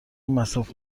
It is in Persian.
مصرف